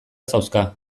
zauzka